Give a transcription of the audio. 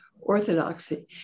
orthodoxy